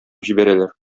җибәрәләр